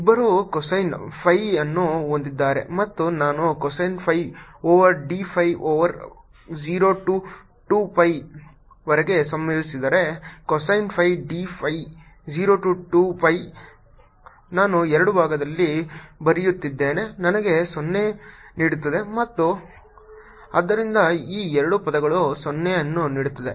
ಇಬ್ಬರೂ cosine phi ಅನ್ನು ಹೊಂದಿದ್ದಾರೆ ಮತ್ತು ನಾನು cosine phi over d phi over 0 to 2 pi ವರೆಗೆ ಸಂಯೋಜಿಸಿದರೆ cosine phi d phi 0 to 2 pi ನಾನು ಎಡಭಾಗದಲ್ಲಿ ಬರೆಯುತ್ತಿದ್ದೇನೆ ನನಗೆ 0 ನೀಡುತ್ತದೆ ಮತ್ತು ಆದ್ದರಿಂದ ಈ ಎರಡೂ ಪದಗಳು 0 ಅನ್ನು ನೀಡುತ್ತದೆ